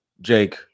Jake